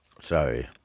Sorry